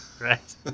Right